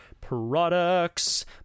products